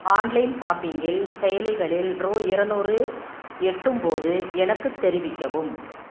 online ஷாப்பிங்கில் செயலிகளில் ரூ இரநூறு எட்டும்போது எனக்குத் தெரிவிக்கவும்